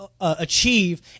achieve